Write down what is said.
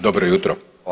Dobro jutro!